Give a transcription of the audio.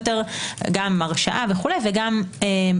בשווי.